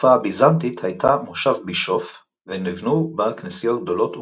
בתקופה הביזנטית הייתה מושב בישוף ונבנו בה כנסיות גדולות ומהודרות.